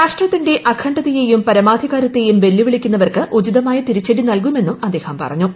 രാഷ്ട്രത്തിന്റെ അഖണ്ഡത യെയും പരമാധികാരത്തെയും വെല്ലുവിളിക്കുന്ന വർക്ക് ഉചിതമായ തിരിച്ചടി നൽകുമെന്നും അദ്ദേഹം പറഞ്ഞു